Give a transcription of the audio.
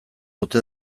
ote